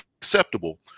acceptable